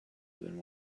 than